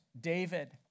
David